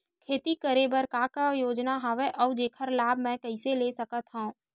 खेती करे बर का का योजना हवय अउ जेखर लाभ मैं कइसे ले सकत हव?